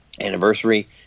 anniversary